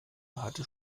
hatte